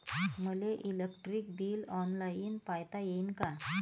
मले electric bill online पायता येईन का?